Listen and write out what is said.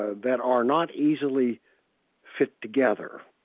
ah that are not easily fit together.